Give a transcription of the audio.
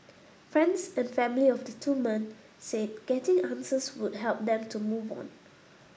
friends and family of the two men said getting answers would help them to move on